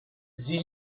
sie